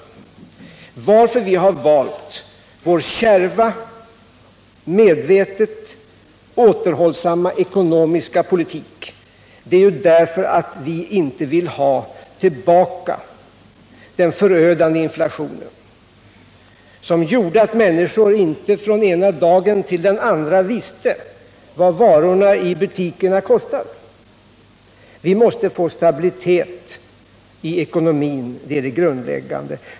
Anledningen till att vi har valt en kärv, medvetet återhållsam ekonomisk politik är att vi inte vill ha tillbaka den förödande inflationen, som gjorde att människor inte från ena dagen till den andra visste vad varorna i butikerna kostade. Vi måste få stabilitet i ekonomin — det är det grundläggande.